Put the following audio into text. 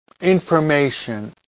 information